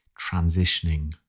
transitioning